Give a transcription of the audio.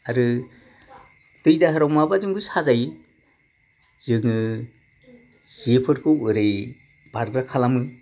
आरो दै दाहाराव माबाजोंबो साजायो जोङो जेफोरखो ओरै बारग्रा खालामो